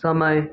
समय